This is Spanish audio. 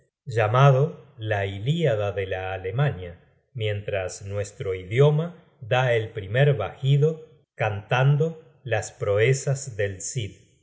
llamado la uíada de la alemania mientras nuestro idioma da el primer vagido cantando las proezas del